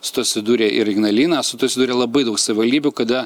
su tuo susidūrė ir ignalina su tuo susidūrė labai daug savivaldybių kada